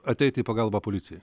ateit į pagalbą policijai